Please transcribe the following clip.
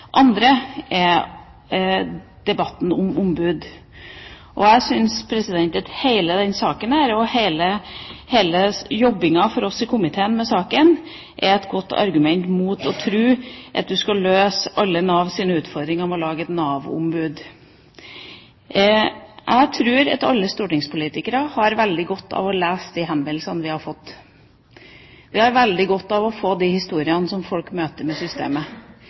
andre jeg vil nevne, er debatten om ombud. Jeg syns at hele denne saken, og hele jobbingen for oss i komiteen med saken, er et godt argument mot å tro at du skal løse alle Navs utfordringer ved å lage et Nav-ombud. Jeg tror at alle stortingspolitikere har veldig godt av å lese de henvendelsene vi har fått. Vi har veldig godt av å få de historiene om folks møte med systemet.